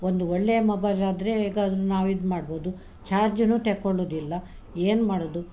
ಒಂದು ಒಳ್ಳೆಯ ಮೊಬೈಲ್ ಆದರೆ ಈಗ ಅದು ನಾವು ಇದು ಮಾಡ್ಬೋದು ಚಾರ್ಜುನ್ನು ತೆಕ್ಕೊಳ್ಳುದಿಲ್ಲ ಏನು ಮಾಡೋದು